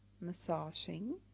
massaging